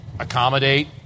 Accommodate